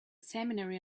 seminary